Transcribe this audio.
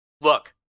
look